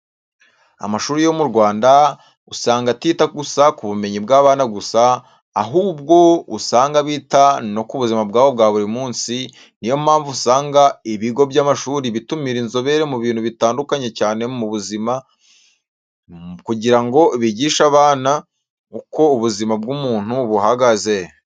Amashuri yo mu Rwanda usanga atita gusa k'ubumenyi bw'abana gusa, ahubwo usanga bita no ku buzima bwabo bwa buri munsi, ni yo mpamvu usanga ibigo by'amashuri bitumira inzobere mu bintu bitandukanye cyane mu buzima, kugira ngo bigishe abana uko ubuzima bw'umuntu buhagaze.